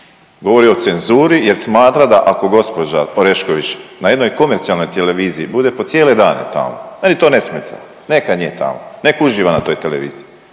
Govori o cenzuri jer smatra da ako gđa Orešković na jednoj komercijalnoj televiziji bude po cijele dane tamo, meni to ne smeta, neka nje tamo, nek uživa na toj televiziji.